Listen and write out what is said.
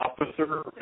officer